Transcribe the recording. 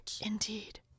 Indeed